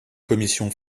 commission